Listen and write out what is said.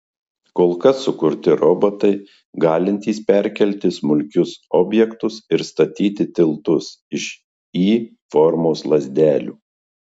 kol kas sukurti robotai galintys perkelti smulkius objektus ir statyti tiltus iš y formos lazdelių